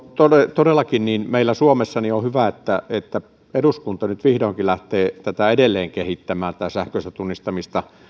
todellakin meillä suomessa on hyvä että että eduskunta nyt vihdoinkin lähtee edelleenkehittämään tätä sähköistä tunnistamista